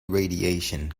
radiation